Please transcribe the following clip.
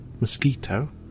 mosquito